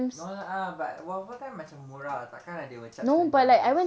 no lah but waffle kan macam murah takkan they will charge you lah